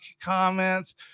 comments